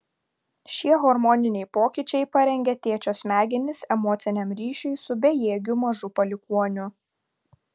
šie hormoniniai pokyčiai parengia tėčio smegenis emociniam ryšiui su bejėgiu mažu palikuoniu